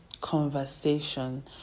conversation